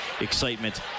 Excitement